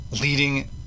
leading